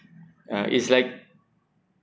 uh it's like